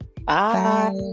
Bye